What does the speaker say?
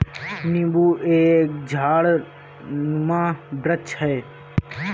नींबू एक झाड़नुमा वृक्ष है